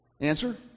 Answer